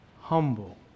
humble